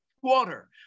quarter